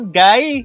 guy